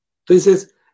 Entonces